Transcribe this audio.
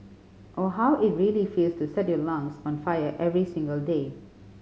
or how it really feels to set your lungs on fire every single day